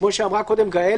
כמו שאמרה קודם גאל,